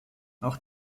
auch